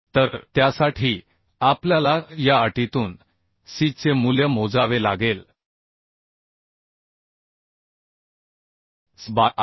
तर त्यासाठी आपल्याला या अटीतून c चे मूल्य मोजावे लागेल c बाय Rc